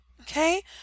okay